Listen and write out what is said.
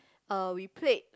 uh we played